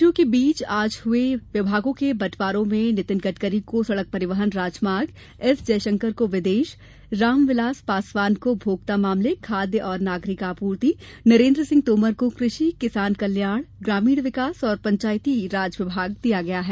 मंत्रियों के बीच आज हुये विभागों के बंटवारे में नितिन गडकरी को सड़क परिवहन राजमार्ग एस जयशंकर को विदेश रामविलास पासवान को उपभोक्ता मामले खाद्य और नागरिक आपूर्ति नरेन्द्र सिंह तोमर को कृषि किसान कल्याण ग्रामीण विकास और पंचायती राज विभाग दिया गया है